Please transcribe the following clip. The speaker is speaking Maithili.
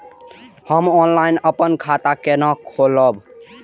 हम ऑनलाइन अपन खाता केना खोलाब?